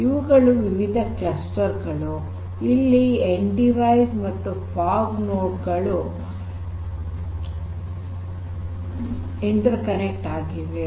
ಇವುಗಳು ವಿವಿಧ ಕ್ಲಸ್ಟರ್ ಗಳು ಇಲ್ಲಿ ಎಂಡ್ ಡಿವೈಸ್ ಗಳು ಮತ್ತು ಫಾಗ್ ನೋಡ್ ಗಳು ಇಂಟೆರ್ ಕನೆಕ್ಟ್ ಆಗಿವೆ